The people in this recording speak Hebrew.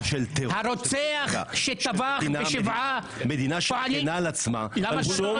הרוצח שטבח בשבעה פועלים --- מדינה שמגינה על עצמה --- שום